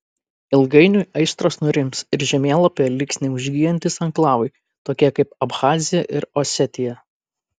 ilgainiui aistros nurims ir žemėlapyje liks neužgyjantys anklavai tokie kaip abchazija ir osetija